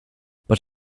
but